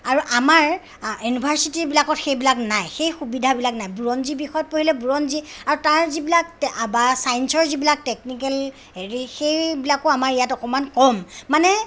আৰু আমাৰ ইউনিভাৰ্চিটিবিলাকত সেইবিলাক নাই সেই সুবিধাবিলাক নাই বুৰঞ্জী বিষয়ত পঢ়িলে বুৰঞ্জী আৰু তাৰ যিবিলাক ছায়েঞ্চৰ যিবিলাক টেকনিকেল হেৰি সেইবিলাকো আমাৰ ইয়াত অকণমান কম মানে